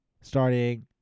Starting